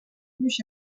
gruix